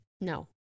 no